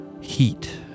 heat